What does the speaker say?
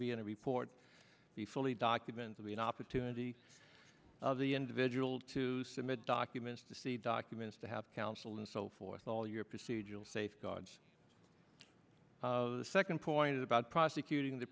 be in a report be fully documented be an opportunity of the individual to submit documents to see documents to have counsel and so forth all your procedural safeguards of the second point about prosecuting the